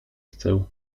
chcę